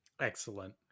excellent